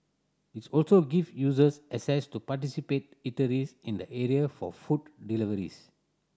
its also give users access to participate eateries in the area for food deliveries